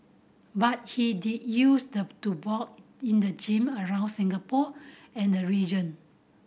but he did used to box in the gym around Singapore and the region